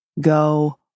Go